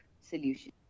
solution